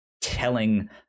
telling